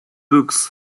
books